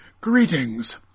Greetings